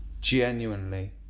Genuinely